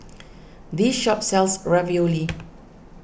this shop sells Ravioli